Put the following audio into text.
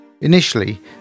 Initially